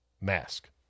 Mask